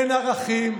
אין ערכים.